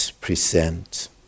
present